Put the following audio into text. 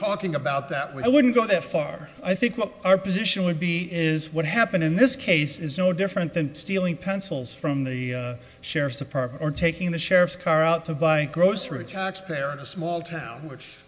talking about that we wouldn't go that far i think our position would be is what happened in this case is no different than stealing pencils from the sheriff's a park or taking the sheriff's car out to buy groceries taxpayer in a small town which